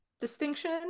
distinction